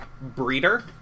breeder